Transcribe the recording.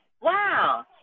wow